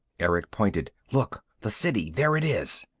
erick pointed. look. the city there it is.